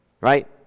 Right